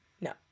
No